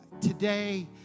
Today